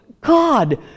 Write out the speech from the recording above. God